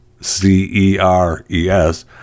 C-E-R-E-S